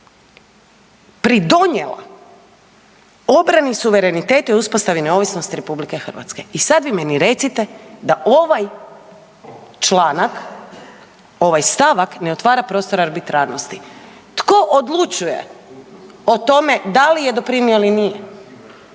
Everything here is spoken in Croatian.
pridonijela obrani suvereniteta i uspostavi neovisnosti RH. I sad vi meni recite da ovaj članak, ovaj stavak ne otvara prostora arbitrarnosti. Tko odlučuje o tome da li je doprinio ili nije,